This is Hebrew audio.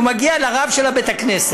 הוא מגיע לרב של בית-הכנסת,